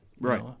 Right